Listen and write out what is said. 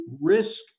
risk